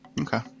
Okay